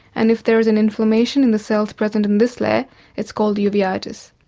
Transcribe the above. and if there is an inflammation in the cells present in this layer it's called uveitis.